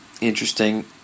interesting